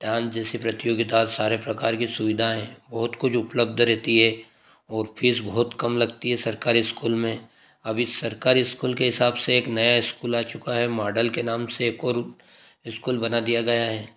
dance जैसी प्रतियोगिता सारे प्रकार की सुविधाएं बहुत कुछ उपलब्ध रहती है और फीस बहुत कम लगती है सरकारी इस्कूल में अभी सरकारी इस्कूल के हिसाब से एक नया इस्कूल आ चुका है मॉडल के नाम से और इस्कूल बना दिया गया है